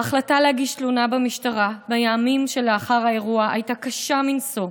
ההחלטה להגיש תלונה במשטרה בימים שלאחר האירוע הייתה קשה מנשוא,